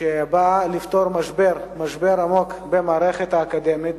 שבאה לפתור משבר, משבר עמוק במערכת האקדמית,